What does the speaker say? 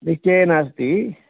निश्चयेन अस्ति